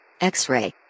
X-Ray